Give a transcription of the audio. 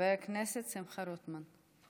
חבר הכנסת שמחה רוטמן.